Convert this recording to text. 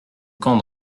camp